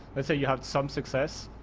let's say you have some success.